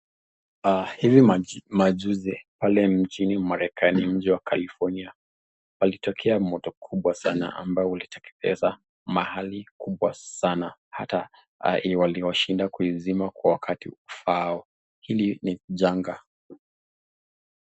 Hivi majuzi pale mjini Marekani, mji wa California, palitokea moto kubwa sana ambao uliteketeza mahali kubwa sana, hata waliwashinda kuizima kwa wakati ufaao. Hili ni janga.